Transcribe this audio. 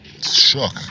shook